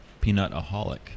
peanut-aholic